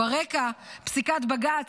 ברקע פסיקת בג"ץ,